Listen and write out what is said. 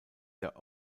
der